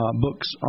books